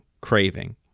craving